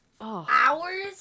hours